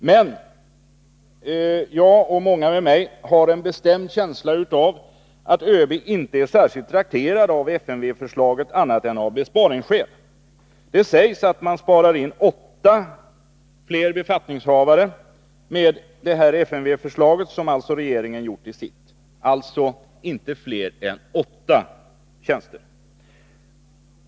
Men jag — och många med mig — har en bestämd känsla av att ÖB inte är särskilt trakterad av FMV-förslaget annat än av besparingsskäl. Det sägs att man sparar in ytterligare åtta befattningshavare med FMV-förslaget, som alltså regeringen har gjort till sitt. Det gäller således inte fler än åtta tjänster!